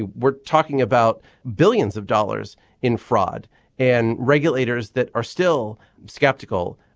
we're talking about billions of dollars in fraud and regulators that are still skeptical.